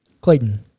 Clayton